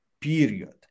period